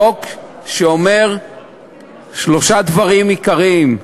חוק שאומר שלושה דברים עיקריים: